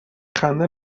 خنده